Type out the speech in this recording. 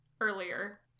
earlier